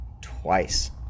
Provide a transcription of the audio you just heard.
twice